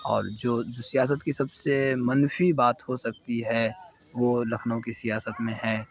اور جو سیاست کی سب سے منفی بات ہو سکتی ہے وہ لکھنؤ کی سیاست میں ہے